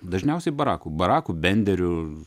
dažniausiai baraku baraku benderiu